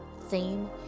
theme